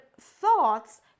thoughts